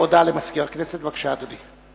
הודעה למזכיר הכנסת, בבקשה, אדוני.